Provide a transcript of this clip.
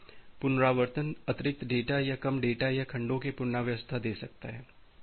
इसलिए पुनरावर्तन अतिरिक्त डेटा या कम डेटा या खंडों के पुनर्व्यवस्था दे सकता है